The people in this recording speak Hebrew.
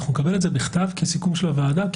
אנחנו נקבל את זה בכתב כסיכום של הוועדה?